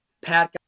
Pat